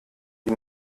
die